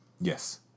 Yes